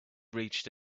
reached